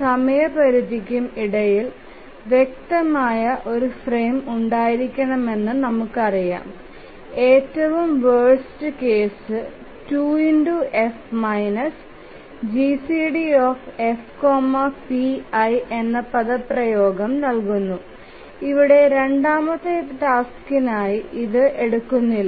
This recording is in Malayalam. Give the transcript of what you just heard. സമയപരിധിക്കും ഇടയിൽ വ്യക്തമായ ഒരു ഫ്രെയിം ഉണ്ടായിരിക്കണമെന്ന് നമുക്ക് ക്കറിയാം ഏറ്റവും worst case 2 F GCD F p i എന്ന പദപ്രയോഗം നൽകുന്നു ഇവിടെ രണ്ടാമത്തെ ടാസ്ക്കിനായി ഇത് എടുകുന്നില്ല